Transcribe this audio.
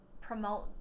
promote